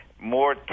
More